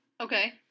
Okay